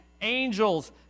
angels